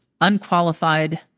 unqualified